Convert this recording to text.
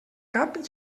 cap